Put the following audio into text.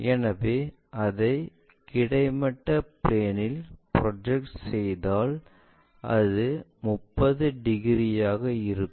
எனவே அதை கிடைமட்ட பிளேன் இல் ப்ரொஜெக்ட் செய்தாள் அது 30 டிகிரியாக இருக்கும்